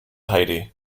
heidi